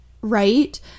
Right